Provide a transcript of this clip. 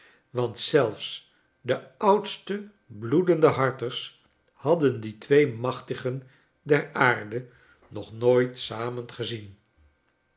want zelfs de oudste bloedende harters hadden die twee machtigen der aarde nog nooit samen gezien